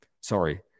sorry